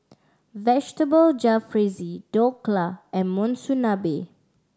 Vegetable Jalfrezi Dhokla and Monsunabe